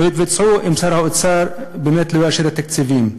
לא יתבצעו אם שר האוצר לא יאשר באמת את התקציבים.